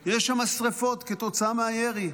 יש שם שרפות כתוצאה מהירי,